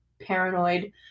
paranoid